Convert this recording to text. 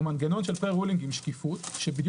הוא מנגנון של פרה-רולינג עם שקיפות שבדיוק